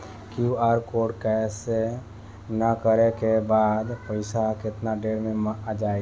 QR code scan न करे क बाद पइसा केतना देर म जाई?